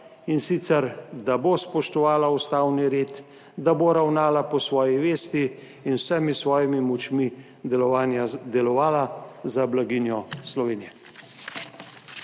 in sicer, da bo spoštovala ustavni red, da bo ravnala po svoji vesti in z vsemi svojimi močmi delovanja delovala za blaginjo Slovenije.